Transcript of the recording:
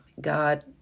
God